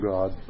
God